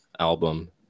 album